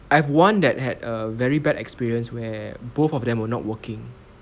I have one that had a very bad experience where both of them were not working